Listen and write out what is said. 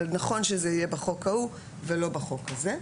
נכון שזה יהיה בחוק ההוא ולא בחוק הזה,